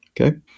okay